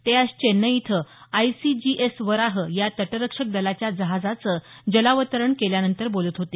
ते आज चेन्नई इथं आईसीजीएस वराह या तटरक्षक दलाच्या जहाजाचं जलावतरण केल्यानंतर बोलत होते